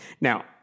Now-